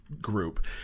group